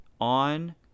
on